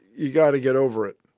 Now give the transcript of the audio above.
you got to get over it.